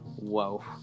Whoa